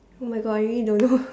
!oh-my-God! I really don't know